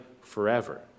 forever